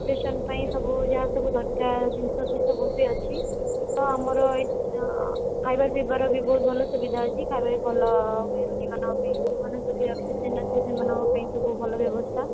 operation ପାଇଁ ସବୁ ଯାହା ସବୁ ଦରକାର ଜିନିଷ ସେ ସବୁ ବି ଅଛି ତ ଆମର ଏଇ ଖାଇବା ପିଇବାର ବି ବହୁତ ଭଲ ସୁବିଧା ଅଛି ଖାଇବା ବି ଭଲ ଇଏ ରୋଗୀମାନଙ୍କ ପାଇଁ ଯେଉଁମାନେ ସେଇଠି ଅଛି ସେମାନଙ୍କ ପାଇଁ ସବୁ ଭଲ ବ୍ୟବସ୍ଥା